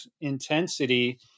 intensity